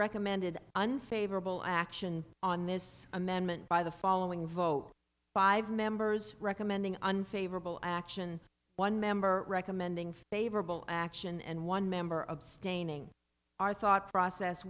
recommended unfavorable action on this amendment by the following vote five members recommending unfavorable action one member recommending favorable action and one member abstaining our thought process